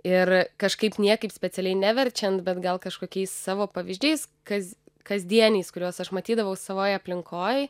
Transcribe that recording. ir kažkaip niekaip specialiai neverčiant bet gal kažkokiais savo pavyzdžiais kas kasdieniais kuriuos aš matydavau savoje aplinkoje